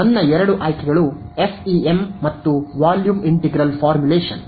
ಆದ್ದರಿಂದ ನನ್ನ ಎರಡು ಆಯ್ಕೆಗಳು ಎಫ್ಇಎಂ ಮತ್ತು ವಾಲ್ಯೂಮ್ ಇಂಟಿಗ್ರಲ್ ಫಾರ್ಮುಲೇಶನ್